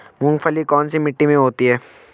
मूंगफली कौन सी मिट्टी में होती है?